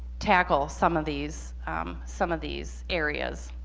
tackle some of these some of these areas